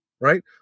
right